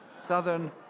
southern